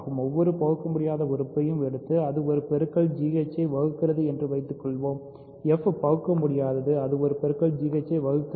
எந்தவொரு பகுக்கமுடியாத உறுப்பையும் எடுத்து அது ஒரு பெருக்கல் gh ஐப் வகுக்கிறது என்று வைத்துக்கொள்வோம்fபகுக்கமுடியாதது அது ஒரு பெருக்கல் g h ஐ வகுக்கிறது